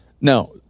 Now